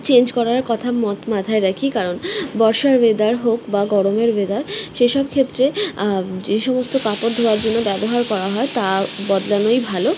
change করার কথা মথ মাথায় রাখি কারণ বর্ষার ওয়েদার হোক বা গরমের ওয়েদার সে সব ক্ষেত্রে যে সমস্ত কাপড় ধোয়ার জন্য ব্যবহার করা হয় তা বদলানোই ভালো